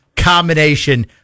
combination